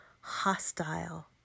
hostile